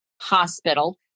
hospital